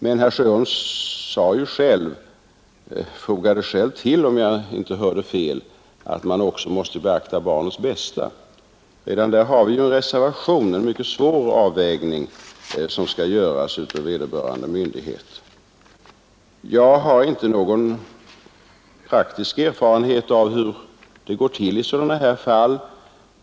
Men sedan tillfogade herr Sjöholm själv, om jag inte hörde fel, att man också måste beakta barnets bästa. Redan där har vi alltså en reservation och en mycket svår avvägning, som måste göras av vederbörande myndighet. Jag har ingen praktisk erfarenhet av hur det går till i sådana här fall.